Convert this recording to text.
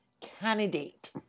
candidate